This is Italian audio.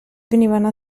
venivano